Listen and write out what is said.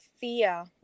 fear